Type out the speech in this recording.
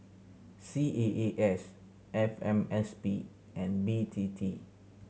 C A A S F M S P and B T T